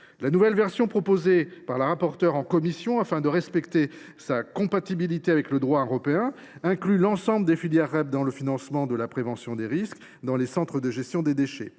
adoptée sur l’initiative de la rapporteure en commission, afin de garantir la compatibilité du texte avec le droit européen, inclut l’ensemble des filières REP dans le financement de la prévention des risques dans les centres de gestion des déchets.